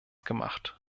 gemacht